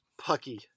pucky